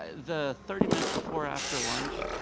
ah the thirty minutes before or after lunch,